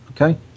okay